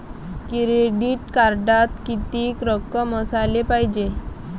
Credit कार्डात कितीक रक्कम असाले पायजे?